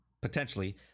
potentially